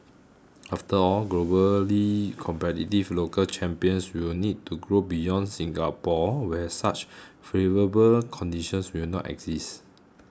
after all globally competitive local champions will need to grow beyond Singapore where such favourable conditions will not exist